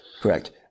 Correct